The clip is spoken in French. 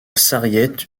sarriette